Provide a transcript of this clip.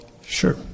Sure